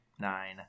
nine